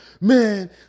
Man